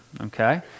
okay